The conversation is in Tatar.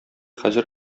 хәзер